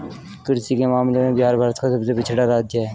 कृषि के मामले में बिहार भारत का सबसे पिछड़ा राज्य है